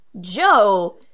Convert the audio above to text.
Joe